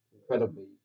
incredibly